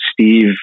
Steve